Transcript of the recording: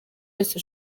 wese